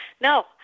no